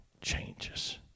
changes